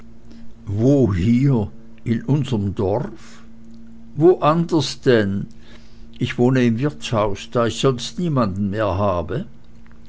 wo hier in unserm dorf wo anders denn ich wohne im wirtshaus da ich sonst niemanden mehr habe